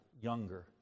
younger